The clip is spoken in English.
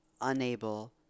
unable